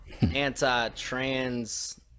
anti-trans